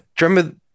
remember